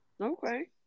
Okay